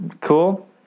Cool